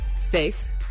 Stace